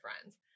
friends